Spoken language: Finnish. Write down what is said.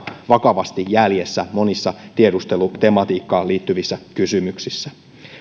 vakavasti jäljessä monissa tiedustelutematiikkaan liittyvissä kysymyksissä